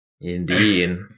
Indeed